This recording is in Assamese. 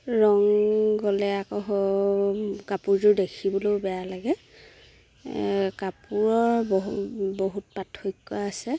ৰং গ'লে আকৌ কাপোৰযোৰ দেখিবলৈও বেয়া লাগে কাপোৰৰ বহু বহুত পাৰ্থক্য আছে